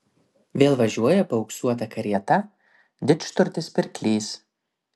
vėl važiuoja paauksuota karieta didžturtis pirklys